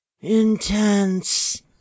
intense